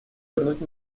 вернуть